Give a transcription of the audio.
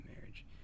marriage